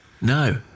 No